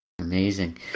Amazing